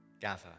gather